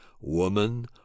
Woman